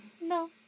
no